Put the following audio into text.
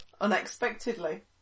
Unexpectedly